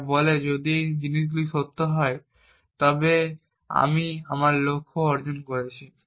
যা বলে যদি এই জিনিসগুলি সত্য হয় তবে আমি আমার লক্ষ্য অর্জন করেছি